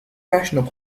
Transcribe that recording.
professional